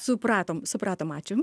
supratom supratom ačiū